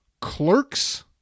clerks